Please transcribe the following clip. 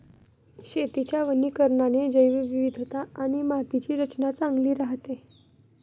शेतीच्या वनीकरणाने जैवविविधता आणि मातीची रचना चांगली राहते